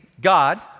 God